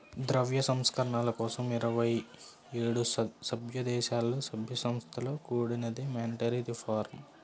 ద్రవ్య సంస్కరణల కోసం ఇరవై ఏడు సభ్యదేశాలలో, సభ్య సంస్థలతో కూడినదే మానిటరీ రిఫార్మ్